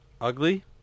ugly